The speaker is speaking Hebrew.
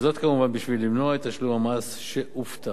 וזאת כמובן בשביל למנוע את תשלום המס שהופטר.